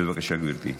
בבקשה, גברתי,